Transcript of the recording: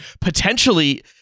potentially